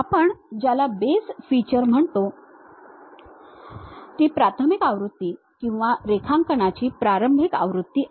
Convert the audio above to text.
आपण ज्याला base feature म्हणतो ती प्राथमिक आवृत्ती किंवा रेखांकनाची प्रारंभिक आवृत्ती आहे